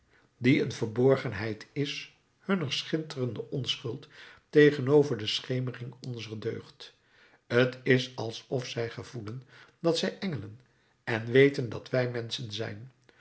die een verborgenheid is hunner schitterende onschuld tegenover de schemering onzer deugd t is alsof zij gevoelen dat zij engelen en weten dat wij menschen zijn